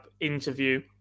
interview